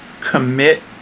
commit